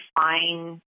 fine